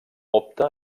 opta